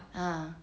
ah